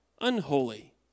unholy